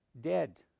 dead